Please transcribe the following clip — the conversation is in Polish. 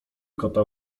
kota